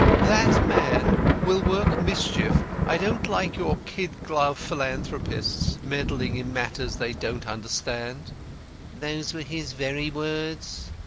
that man will work mischief. i don't like your kid-glove philanthropists meddling in matters they don't understand those were his very words?